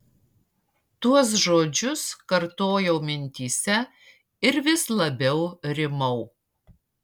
tuos žodžius kartojau mintyse ir vis labiau rimau